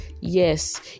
Yes